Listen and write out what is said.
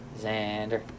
Xander